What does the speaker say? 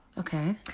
Okay